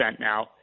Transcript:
now